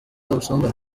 ubusumbane